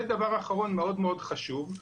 ודבר אחרון מאוד מאוד חשוב,